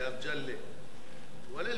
אדוני